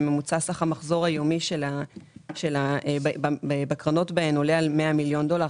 ושממוצע המחזור היומי בקרנות בהן עולה על 100 מיליון דולר.